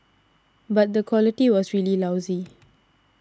but the quality was really lousy